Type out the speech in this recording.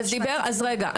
אז רגע,